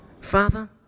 Father